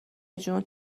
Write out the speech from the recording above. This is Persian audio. جون